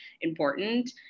important